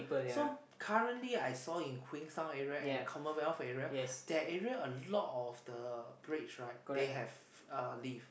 so currently I saw in Queenstown area and Commonwealth area that area a lot of the bridge right they have uh lift